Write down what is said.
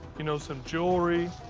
you know, some jewelry.